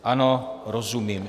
Ano, rozumím.